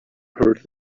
heard